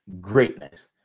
greatness